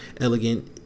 elegant